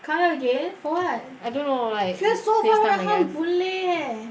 come here again for what I don't know like she live so far right house is boon lay leh